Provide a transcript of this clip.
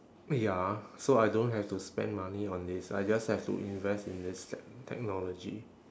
ya so I don't have to spend money on this I just have to invest in this tech~ technology